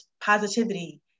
positivity